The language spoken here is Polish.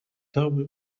dałby